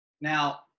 Now